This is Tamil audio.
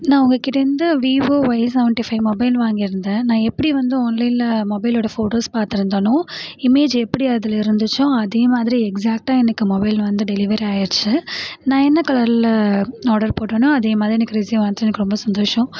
நான் உங்ககிட்டருந்து Vivo Y seventy five mobile வாங்கியிருந்தேன் நான் எப்படி வந்து ஆன்லைனில் மொபைலோடய போட்டோஸ் பார்த்திருந்தனோ இமேஜ் எப்படி அதில் இருந்துச்சோ அதே மாதிரி எக்ஸாக்ட்டாக எனக்கு வந்து டெலிவரி ஆயிடுச்சு நான் என்ன கலரில் ஆர்டர் போட்டனோ அதே மாதிரி எனக்கு ரிசிவ் ஆகிச்சி ரொம்ப சந்தோஷம்